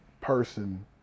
person